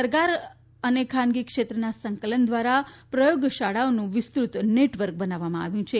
સરકાર અને ખાનગી ક્ષેત્રના સંકલન દ્વારા પ્રયોગશાળાઓનું વિસ્તૃત નેટવર્ક બનાવવામાં આવ્યું છે